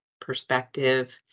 perspective